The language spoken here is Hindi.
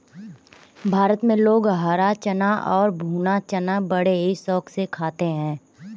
भारत में लोग हरा चना और भुना चना बड़े ही शौक से खाते हैं